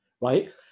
right –